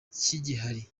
kigihari